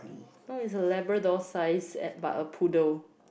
no it's a labrador size ad~ but a poodle